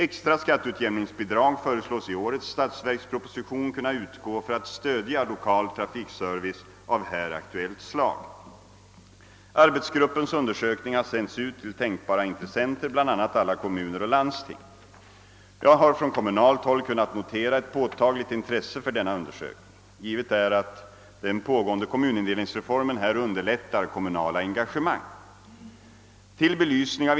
Extra skatteutjämningsbidrag föreslås i årets statsverksproposition kunna utgå för att stödja lokal trafikservice av här aktuellt slag. Arbetsgruppens undersökning har sänts ut till tänkbara intressenter, bl.a. alla kommuner och landsting. Jag har från kommunalt håll kunnat notera ett påtagligt intresse för denna undersökning. Givet är att den pågående kommunindelningsreformen här underlättar kommunala engagemang.